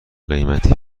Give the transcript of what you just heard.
قیمتی